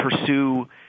pursue